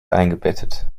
eingebettet